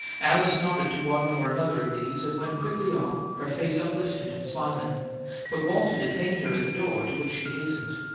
alice nodded to one or another of these, and went quickly on, her face uplifted and smiling but walter detained her at the door to which she hastened.